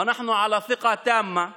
אנו רוחשים לכם את מלוא האהבה,